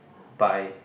by